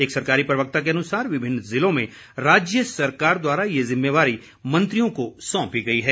एक सरकारी प्रवक्ता के अनुसार विभिन्न जिलों में राज्य सरकार द्वारा ये जिम्मेवारी मंत्रियों को सौंपी गई है